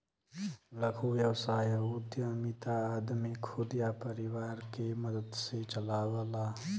लघु व्यवसाय उद्यमिता आदमी खुद या परिवार के मदद से चलावला